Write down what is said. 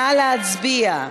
נא להצביע.